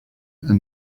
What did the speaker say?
and